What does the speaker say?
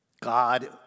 God